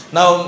Now